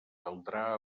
caldrà